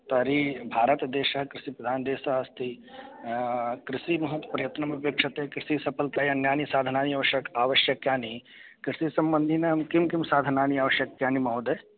तर्हि भारतदेशः कृषिप्रधानदेशः अस्ति कृषिः महत् प्रयत्नमपेक्ष्यते कृषिसफलतायै अन्यानि साधनानि आवश्यकम् आवश्यकानि कृषिसम्बन्धिनां किं किं साधनानि आवश्यकानि महोदय